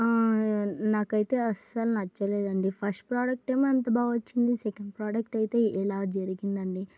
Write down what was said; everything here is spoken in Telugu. నాకైతే అస్సలు నచ్చలేదండి ఫస్ట్ ప్రోడక్ట్ ఏమో అంత బా వచ్చింది సెకండ్ ప్రోడక్ట్ అయితే ఎలా జరిగిందండి